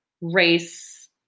race